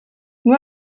nur